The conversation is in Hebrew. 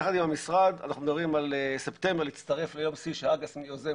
אני באמת חושבת שאם לא תהיה פה איזושהי